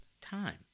time